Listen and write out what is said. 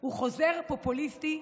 הוא חוזר פופוליסטי,